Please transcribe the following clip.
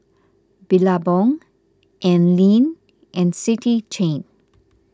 Billabong Anlene and City Chain